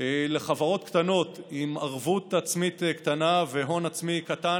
לחברות קטנות עם ערבות עצמית קטנה והון עצמי קטן